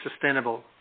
sustainable